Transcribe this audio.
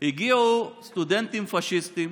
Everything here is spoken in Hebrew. הגיעו סטודנטים פשיסטים